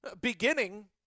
beginning